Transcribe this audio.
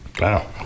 Wow